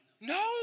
No